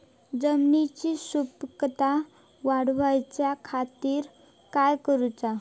जमिनीची सुपीकता वाढवच्या खातीर काय करूचा?